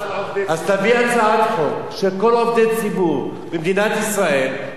אז תביא הצעת חוק על כל עובדי הציבור במדינת ישראל,